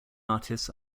artists